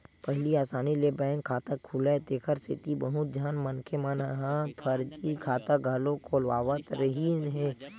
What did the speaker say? पहिली असानी ले बैंक खाता खुलय तेखर सेती बहुत झन मनखे मन ह फरजी खाता घलो खोलवावत रिहिन हे